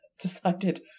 decided